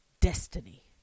destiny